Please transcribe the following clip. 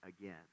again